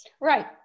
Right